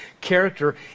character